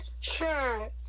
Sure